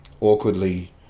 awkwardly